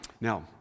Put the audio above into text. Now